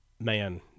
man